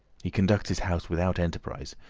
he conducts his house without enterprise,